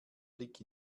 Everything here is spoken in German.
blick